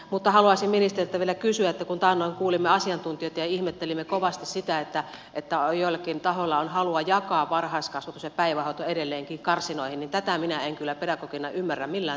mutta haluaisin ministeriltä vielä kysyä että kun taannoin kuulimme asiantuntijoita ja ihmettelimme kovasti sitä että joillakin tahoilla on halua jakaa varhaiskasvatus ja päivähoito edelleenkin karsinoihin niin tätä minä en kyllä pedagogina ymmärrä millään tavalla